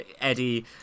eddie